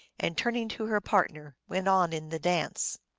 and, turning to her partner, went on in the dance.